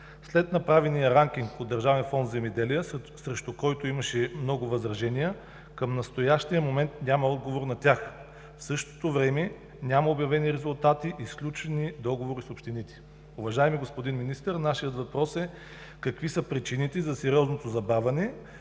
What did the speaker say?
След направения ранкинг по Държавен фонд „Земеделие“, срещу който имаше много възражения, към настоящия момент няма отговор на тях. В същото време няма обявени резултати и сключени договори с общините. Уважаеми господин Министър, нашият въпрос е: какви са причините за сериозното забавяне,